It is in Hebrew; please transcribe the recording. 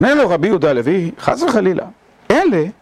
נהלו רבי יהודה הלוי חס וחלילה אין לי